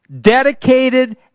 dedicated